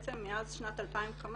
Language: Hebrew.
מאז שנת 2015